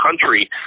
country